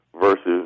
versus